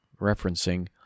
referencing